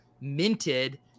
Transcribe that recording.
minted